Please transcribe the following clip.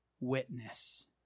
witness